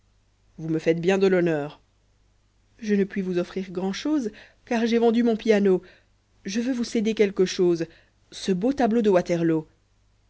vous me faites bien de l'honneur je ne puis vous offrir grand'chose car j'ai vendu mon piano je veux vous céder quelque chose ce beau tableau de waterloo